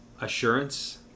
assurance